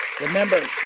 Remember